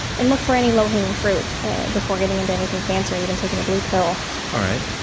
and look for any low-hanging fruit before getting into anything fancy, or even taking a blue pill all right.